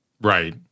right